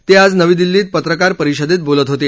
ते आज नवी दिल्लीत पत्रकार परिषदेत बोलत होते